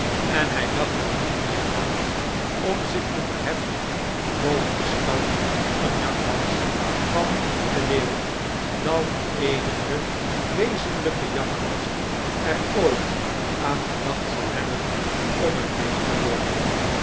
en hy dacht er niet meer aan om zich te vefheffen boven den stand van jakhals van den leeuw dan eenige wezenlijke jakhals er ooit aan gedacht zal hebben om een leeuw te worden